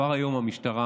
כבר היום המשטרה,